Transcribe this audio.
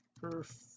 perfect